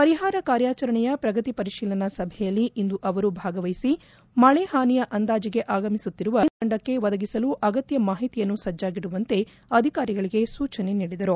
ಪರಿಹಾರ ಕಾರ್ಯಾಚರಣೆಯ ಪ್ರಗತಿ ಪರಿಶೀಲನೆ ಸಭೆಯಲ್ಲಿ ಇಂದು ಅವರು ಭಾಗವಹಿಸಿ ಮಳೆ ಹಾನಿಯ ಅಂದಾಜಿಗೆ ಆಗಮಿಸುತ್ತಿರುವ ಕೇಂದ್ರ ತಂಡಕ್ಕೆ ಒದಗಿಸಲು ಅಗತ್ಯ ಮಾಹಿತಿಯನ್ನು ಸಜ್ಜಾಗಿಡುವಂತೆ ಅಧಿಕಾರಿಗಳಿಗೆ ಸೂಚಿಸಿದರು